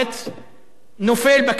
נופלים בקטגוריה הזאת,